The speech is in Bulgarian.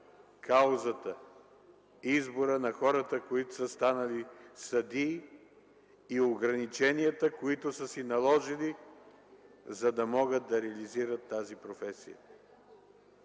каузата, избора на хората, които са станали съдии, и ограниченията, които са си наложили, за да могат да реализират тази професия.